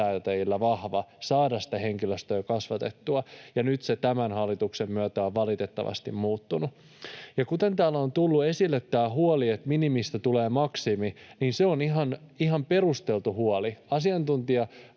lainsäätäjillä vahva saada sitä henkilöstöä kasvatettua. Ja nyt se tämän hallituksen myötä on valitettavasti muuttunut. Kun täällä on tullut esille tämä huoli, että minimistä tulee maksimi, niin se on ihan perusteltu huoli. Asiantuntijakuulemisessa